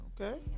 Okay